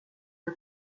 der